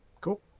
Cool